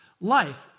life